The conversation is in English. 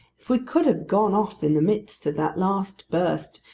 if we could have gone off in the midst of that last burst,